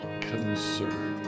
concern